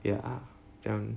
ya 这样